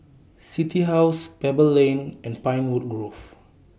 City House Pebble Lane and Pinewood Grove